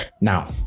Now